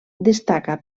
destaca